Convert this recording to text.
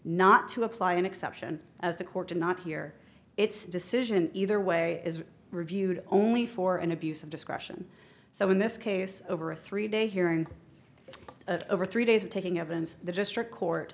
not to apply an exception as the court did not hear its decision either way is reviewed only for an abuse of discretion so in this case over a three day hearing over three days of taking evidence the district court